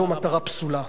זו מטרה פסולה.